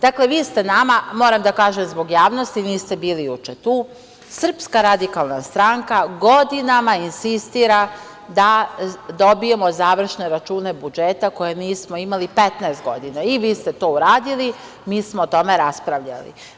Dakle, vi ste nama, moram da kažem zbog javnosti, niste bili juče tu, SRS godinama insistira da dobijemo završne račune budžeta koje nismo imali 15 godina i vi ste to uradili, mi smo o tome raspravljali.